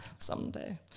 Someday